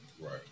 Right